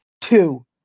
two